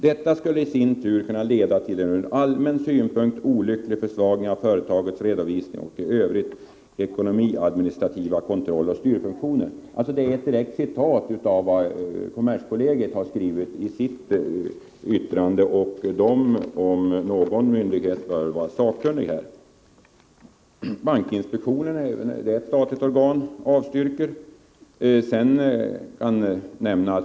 Detta skulle i sin förlängning kunna leda till en ur allmän synpunkt olycklig försvagning av företagens redovisning och övriga ekonomiadministrativa kontrolloch styrfunktioner.” Kommerskollegium, om någon myndighet, bör väl vara sakkunnig här. Bankinspektionen, ett annat statligt organ, avstyrker.